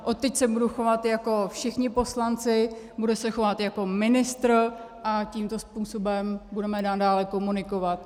Odteď se budu chovat jako všichni poslanci, budu se chovat jako ministr a tímto způsobem budeme nadále komunikovat.